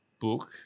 book